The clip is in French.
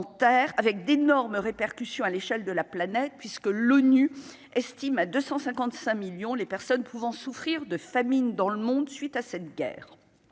avec d'énormes répercussions à l'échelle de la planète puisque l'ONU estime à 255 millions les personnes pouvant souffrir de famine dans le monde, suite à cette guerre,